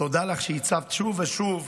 ותודה לך על שהצבת שוב ושוב,